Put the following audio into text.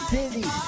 City